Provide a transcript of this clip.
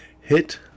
Hit